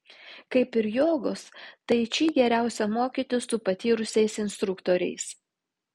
kaip ir jogos tai či geriausia mokytis su patyrusiais instruktoriais